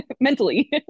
Mentally